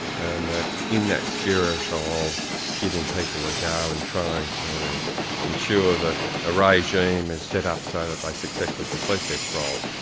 and in that spirit of giving people a go and trying to ensure that a regime is set up so that they successfully complete their parole,